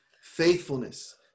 faithfulness